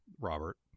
Robert